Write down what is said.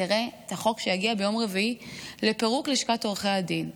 תראה את החוק שיגיע ביום רביעי לפירוק לשכת עורכי הדין,